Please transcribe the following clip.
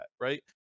right